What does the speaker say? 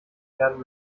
werden